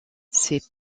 ses